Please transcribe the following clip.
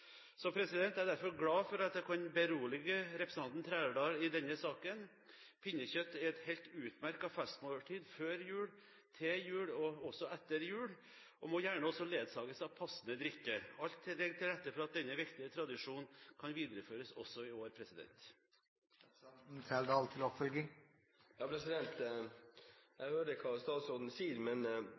Jeg er derfor glad for at jeg kan berolige representanten Trældal i denne saken. Pinnekjøtt er et helt utmerket festmåltid før jul, til jul og også etter jul og må gjerne også ledsages av passende drikke. Alt ligger til rette for at denne viktige tradisjonen kan videreføres – også i år.